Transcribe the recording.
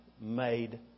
Made